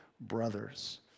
brothers